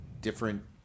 different